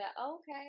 okay